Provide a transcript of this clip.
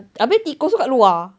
habis tikus tu dekat luar